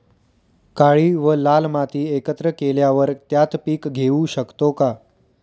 काळी व लाल माती एकत्र केल्यावर त्यात पीक घेऊ शकतो का?